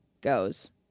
goes